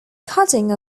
cutting